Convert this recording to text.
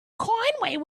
conway